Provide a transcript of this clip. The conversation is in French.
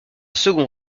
second